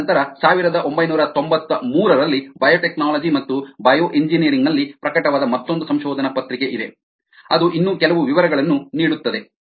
ತದನಂತರ ಸಾವಿರದ ಒಂಬೈನೂರ ತೊಂಬತ್ತು ಮೂರರಲ್ಲಿ ಬಯೋಟೆಕ್ನಾಲಜಿ ಮತ್ತು ಬಯೋಎಂಜಿನಿಯರಿಂಗ್ನಲ್ಲಿ ಪ್ರಕಟವಾದ ಮತ್ತೊಂದು ಸಂಶೋಧನಾ ಪತ್ರಿಕೆ ಇದೆ ಅದು ಇನ್ನೂ ಕೆಲವು ವಿವರಗಳನ್ನು ನೀಡುತ್ತದೆ